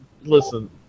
listen